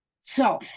So-